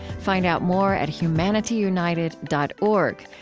find out more at humanityunited dot org,